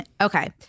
Okay